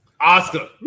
Oscar